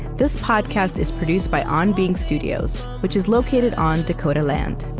this podcast is produced by on being studios, which is located on dakota land.